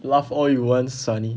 laugh all you want sonny